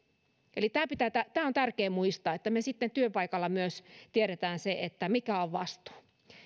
eli tämä on tärkeä muistaa että me sitten työpaikalla myös tiedämme sen mikä on vastuu